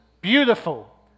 beautiful